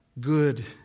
good